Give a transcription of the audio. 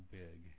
big